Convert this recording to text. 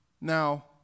Now